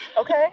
Okay